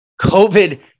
COVID